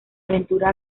aventura